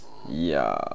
ya